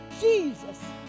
Jesus